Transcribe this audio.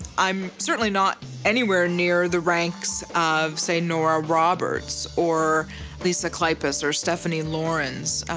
i'm certainly not anywhere near the ranks of say nora roberts or lisa kleypas or stephanie laurens.